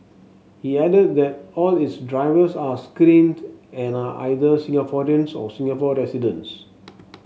he added that all its drivers are screened and are either Singaporeans or Singapore residents